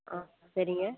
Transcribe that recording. ஆ சரிங்க